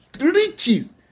Riches